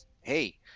hey